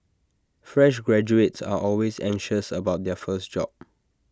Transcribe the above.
fresh graduates are always anxious about their first job